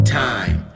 time